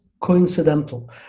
coincidental